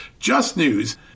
JustNews